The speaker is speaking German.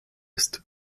ist